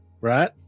right